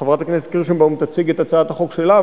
חברת הכנסת קירשנבאום תציג את הצעת החוק שלה,